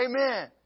Amen